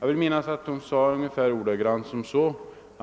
Jag vill minnas att hon uttryckte sig ungefär på följande